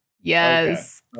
Yes